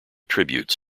tributes